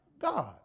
God